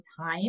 time